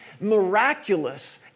Miraculous